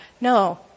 No